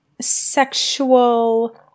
sexual